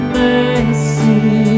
mercy